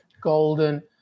Golden